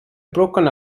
broken